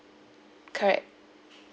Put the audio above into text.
correct